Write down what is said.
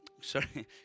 Sorry